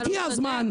הגיע הזמן,